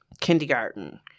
kindergarten